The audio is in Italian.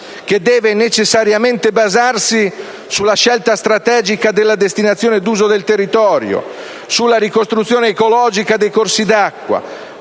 che deve necessariamente basarsi: sulla scelta strategica della destinazione d'uso del territorio; sulla ricostruzione ecologica dei corsi di acqua,